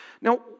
Now